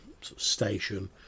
station